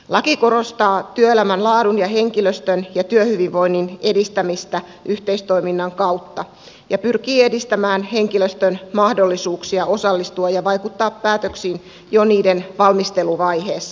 laki korostaa työelämän laadun ja henkilöstön työhyvinvoinnin edistämistä yhteistoiminnan kautta ja pyrkii edistämään henkilöstön mahdollisuuksia osallistua ja vaikuttaa päätöksiin jo niiden valmisteluvaiheessa